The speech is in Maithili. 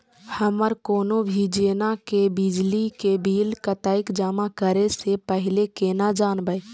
हमर कोनो भी जेना की बिजली के बिल कतैक जमा करे से पहीले केना जानबै?